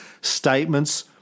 statements